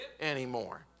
anymore